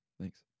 thanks